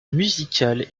musicale